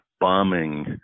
bombing